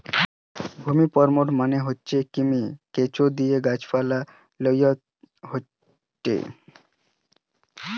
vermicompost মানে হতিছে কৃমি, কেঁচোদিয়ে গাছ পালায় লেওয়া হয়টে